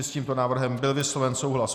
S tímto návrhem byl vysloven souhlas.